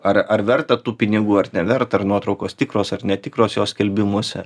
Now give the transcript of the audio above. ar ar verta tų pinigų ar neverta ar nuotraukos tikros ar netikros jos skelbimuose